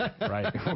Right